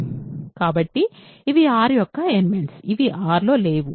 కాబట్టి ఇవి R యొక్క ఎలిమెంట్స్ ఇవి R లో లేవు